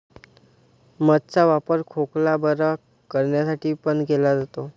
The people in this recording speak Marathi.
मध चा वापर खोकला बरं करण्यासाठी पण केला जातो